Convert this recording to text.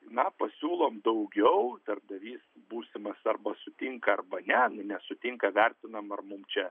na pasiūlom daugiau darbdavys būsimas arba sutinka arba ne nesutinka vertinam ar mum čia